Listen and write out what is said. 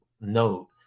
note